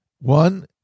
one